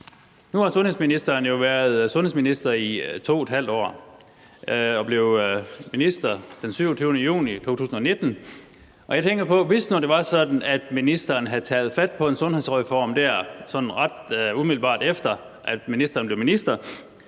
Nu har sundhedsministeren jo været sundhedsminister i 2½ år. Han blev minister den 27. juni 2019. Jeg tænker på, at hvis nu det var sådan, at ministeren havde taget fat på en sundhedsreform sådan ret umiddelbart efter, at ministeren blev minister,